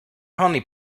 honey